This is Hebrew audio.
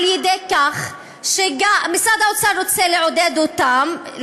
על-ידי כך שמשרד האוצר רוצה לעודד אותן,